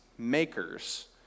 makers